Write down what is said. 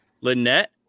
Lynette